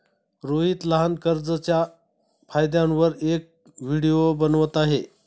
रोहित लहान कर्जच्या फायद्यांवर एक व्हिडिओ बनवत आहे